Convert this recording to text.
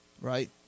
right